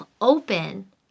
open